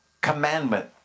commandment